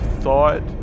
thought